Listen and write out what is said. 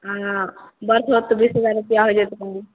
हाँ बड़ होएत तऽ बीस हजार रुपिआ हो जाएत